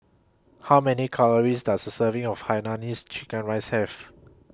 How Many Calories Does A Serving of Hainanese Chicken Rice Have